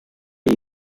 iyi